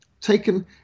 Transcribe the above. taken